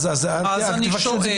אז אני שואל,